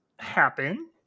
happen